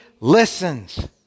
listens